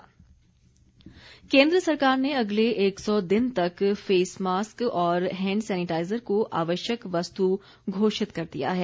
अधिसूचना केन्द्र सरकार ने अगले एक सौ दिन तक फेसमास्क और हैण्ड सैनिटाइजर को आवश्यक वस्तु घोषित कर दिया है